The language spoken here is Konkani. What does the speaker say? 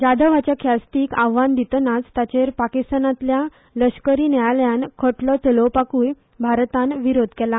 जाधव हाच्या ख्यास्तीक आव्हान दितनाच ताचेर पाकिस्तानातल्या लष्करी न्यायालयान खटलो चलोवपाक्य भारतान विरोध केला